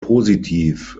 positiv